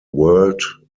world